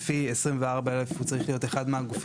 לפי 24(א) הוא צריך להיות אחד מהגופים